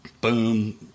boom